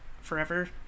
Forever